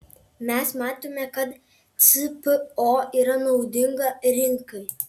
mes matome kad cpo yra naudinga rinkai